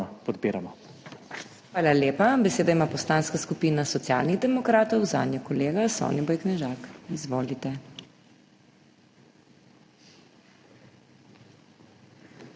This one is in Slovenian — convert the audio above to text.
Hvala lepa. Besedo ima Poslanska skupina Socialnih demokratov, zanjo kolega Soniboj Knežak. Izvolite.